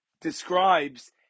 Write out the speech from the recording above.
describes